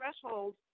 threshold